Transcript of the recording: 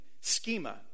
schema